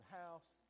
house